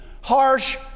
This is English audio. harsh